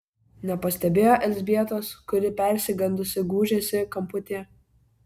nepastebėjo elzbietos kuri persigandusi gūžėsi kamputyje